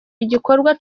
igikorwa